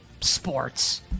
Sports